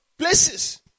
places